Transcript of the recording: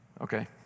Okay